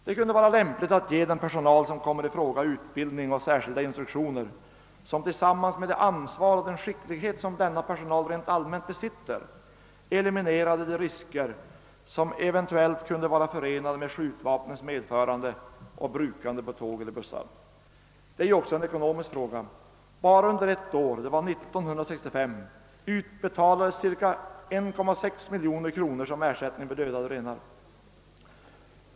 Det kunde vara lämpligt att ge den personal, som kommer i fråga, utbildning och särskilda instruktioner som tillsammans med det ansvar och den skicklighet som denna personal rent allmänt besitter eliminerade de risker som eventuellt kunde vara förenade med skjutvapnens medförande och brukande på tåg eller bussar. Detta är ju också en ekonomisk fråga. Bara under ett enda år — det var 1965 — utbetalades cirka 1,6 miljon kronor i ersättning för dödade renar.